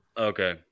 Okay